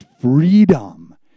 freedom